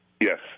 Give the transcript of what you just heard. Yes